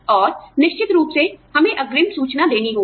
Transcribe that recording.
और आप जानते हैं निश्चित रूप से हमें अग्रिम सूचना देनी होगी